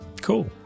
Cool